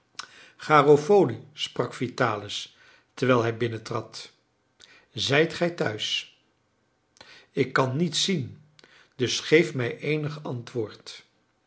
garofoli sprak vitalis terwijl hij binnentrad zijt gij thuis ik kan niets zien dus geef mij eenig antwoord